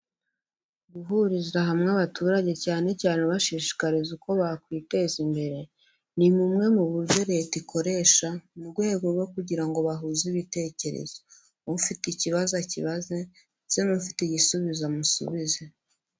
Guhuriza hamwe abaturage cyane cyane ubashishikariza uko bakwiteza imbere, ni bumwe mu buryo leta ikoresha mu rwego rwo kugira ngo bahuze ibitekerezo, ufite ikibazo akibaze ndetse n'ufite igisubizo amusubize.